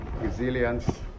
resilience